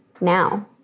now